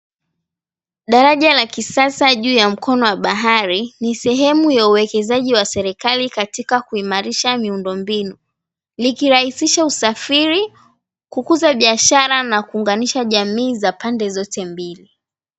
Daraja la kisasa juu ya mkono wa bahari, ni sehemu ya uwekezaji ya serikali katika kuimarisha miundo mbinu, likiimrisha usafiri kukuza biashara na kuunganisha jamii za pande zote mbili.